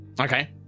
Okay